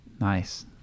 Nice